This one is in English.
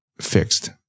fixed